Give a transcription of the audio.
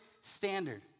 standard